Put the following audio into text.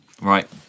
Right